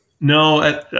no